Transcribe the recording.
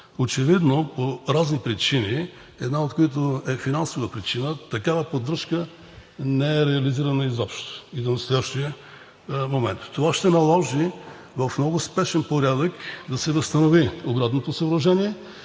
Очевидно, по разни причини, една от които е финансова причина, такава поддръжка не е реализирана изобщо и до настоящия момент. Това ще наложи в много спешен порядък да се възстанови оградното съоръжение,